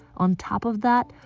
on top of that,